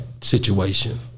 situation